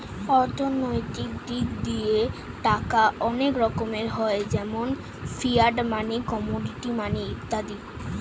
অর্থনৈতিক দিক দিয়ে টাকা অনেক রকমের হয় যেমন ফিয়াট মানি, কমোডিটি মানি ইত্যাদি